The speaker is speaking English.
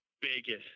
biggest